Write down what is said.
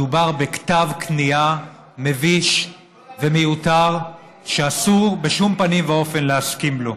מדובר בכתב כניעה מביש ומיותר שאסור בשום פנים ואופן להסכים לו.